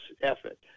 effort